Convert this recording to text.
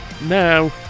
now